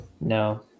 No